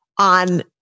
on